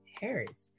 Harris